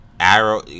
Arrow